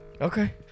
Okay